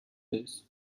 this